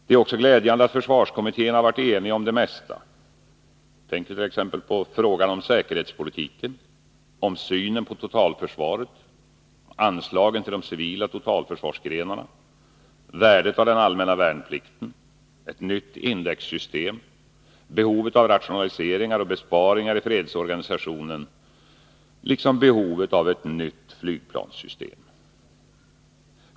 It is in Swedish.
Det är också glädjande att försvarskommittén har varit enig om det mesta, t.ex. i fråga om säkerhetspolitiken, synen på totalförsvaret och anslagen till de civila totalförsvarsgrenarna, värdet av den allmänna värnplikten, ett nytt indexsystem, behovet av rationaliseringar och besparingar i fredsorganisationen liksom behovet av ett nytt flygplanssystem.